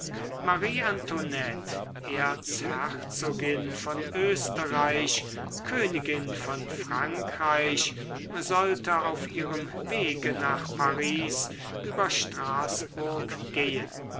marie antoinette erzherzogin von österreich königin von frankreich sollte auf ihrem wege nach paris über straßburg gehen